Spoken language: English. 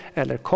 eller